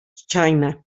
china